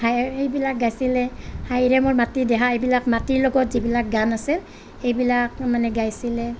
হাইৰে এইবিলাক গাইছিলে হাইৰে মোৰ মাটিদেহা এইবিলাক মাটিৰ লগত যিবিলাক গান আছে সেইবিলাক মানে গাইছিলে